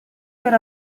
per